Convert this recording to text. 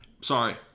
Sorry